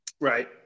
Right